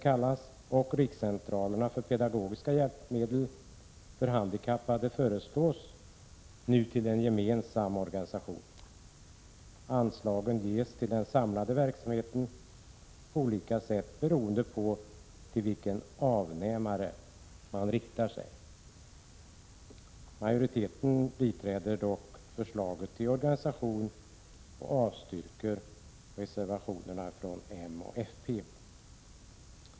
SIL och rikscentralerna för pedagogiska hjälpmedel för handikappade föreslås föras samman till en gemensam organisation. Anslag ges till den samlade verksamheten på olika sätt beroende på till vilken avnämare man riktar sig. Utskottsmajoriteten biträder förslaget till organisation och avstyrker reservationerna från moderaterna och folkpartiet.